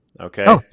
Okay